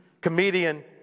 comedian